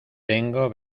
tengo